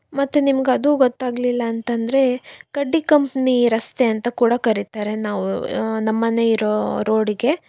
ಮತ್ತೆ ನಿಮ್ಗೆ ಅದೂ ಗೊತ್ತಾಗಲಿಲ್ಲ ಅಂತಂದರೆ ಕಡ್ಡಿ ಕಂಪ್ನಿ ರಸ್ತೆ ಅಂತ ಕೂಡ ಕರೀತಾರೆ ನಾವು ನಮ್ಮ ಮನೆ ಇರೋ ರೋಡಿಗೆ